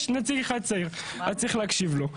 יש נציג אחד צעיר אז צריך להקשיב לו.